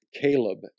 Caleb